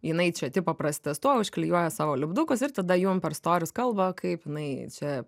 jinai čia tipo prasitestuoja užklijuoja savo lipdukus ir tada jum per storius kalba kaip jinai čia